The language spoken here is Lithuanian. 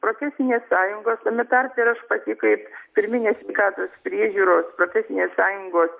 profesinės sąjungos tame tarpe ir aš pati kaip pirminės sveikatos priežiūros profesinės sąjungos